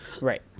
right